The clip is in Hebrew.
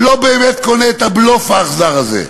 לא באמת קונה את הבלוף האכזר הזה.